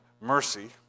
mercy